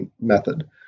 method